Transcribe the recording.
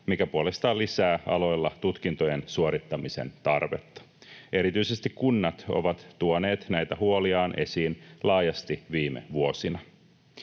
mikä puolestaan lisää aloilla tutkintojen suorittamisen tarvetta. Erityisesti kunnat ovat tuoneet näitä huoliaan esiin laajasti viime vuosina.